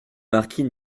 marquis